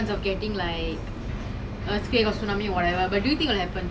do you know my alarm will be ringing like the whole house will wake up but I cannot wake up